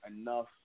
enough